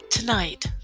Tonight